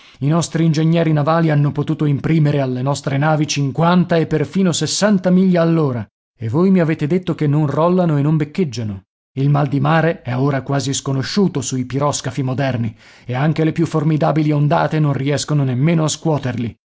i nostri ingegneri navali hanno potuto imprimere alle nostre navi cinquanta e perfino sessanta miglia all'ora e voi mi avete detto che non rollano e non beccheggiano il mal di mare è ora quasi sconosciuto sui piroscafi moderni e anche le più formidabili ondate non riescono nemmeno a scuoterli